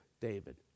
David